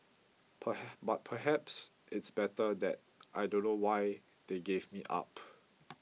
but perhaps it's better that I don't know why they gave me up